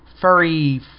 furry